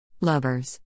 lovers